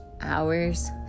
hours